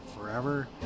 forever